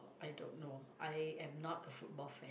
I don't know I am not a football fan